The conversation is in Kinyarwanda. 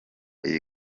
iyi